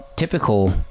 Typical